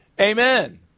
amen